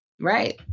Right